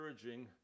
encouraging